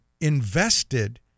invested